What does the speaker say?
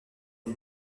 les